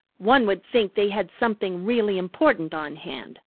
one would think they had something really important on hand.